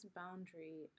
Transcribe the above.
boundary